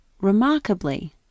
remarkably